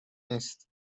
نیست